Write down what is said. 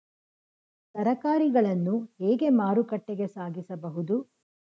ತರಕಾರಿಗಳನ್ನು ಹೇಗೆ ಮಾರುಕಟ್ಟೆಗೆ ಸಾಗಿಸಬಹುದು?